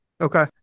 Okay